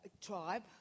tribe